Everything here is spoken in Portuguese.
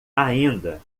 ainda